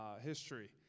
history